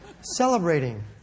Celebrating